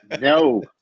No